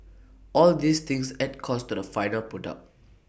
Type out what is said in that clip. all these things add costs to the final product